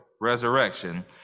resurrection